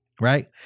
right